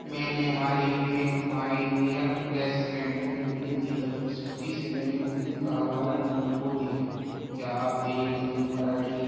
میں نے حال ہی میں ایک پائنیئر گیس سلنڈر کی بکنگ کی بدقسمتی سے میں نے بکنگ کا حوالہ نمبر کھو دیا کیا آپ میری کنزیومر آئی ڈی